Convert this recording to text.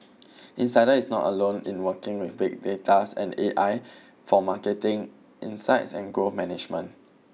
insider is not alone in working with big data and A I for marketing insights and growth management